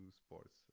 sports